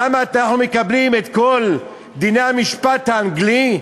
למה אנחנו מקבלים את כל דיני המשפט האנגלי,